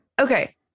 Okay